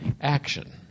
action